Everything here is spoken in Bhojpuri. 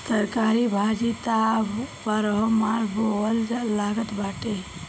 तरकारी भाजी त अब बारहोमास बोआए लागल बाटे